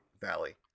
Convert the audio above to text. valley